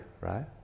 right